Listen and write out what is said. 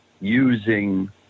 using